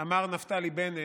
אמר נפתלי בנט,